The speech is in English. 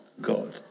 God